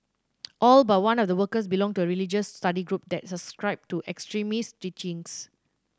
all but one of the workers belonged to a religious study group that subscribed to extremist teachings